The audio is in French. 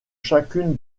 chacune